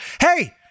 hey